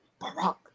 Barack